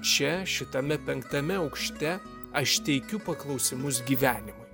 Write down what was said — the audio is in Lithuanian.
čia šitame penktame aukšte aš teikiu paklausimus gyvenimui